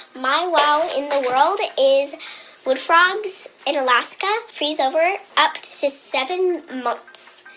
my wow in world is wood frogs in alaska freeze over up to to seven months.